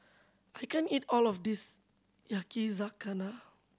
I can't eat all of this Yakizakana